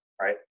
right